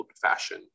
fashion